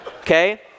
okay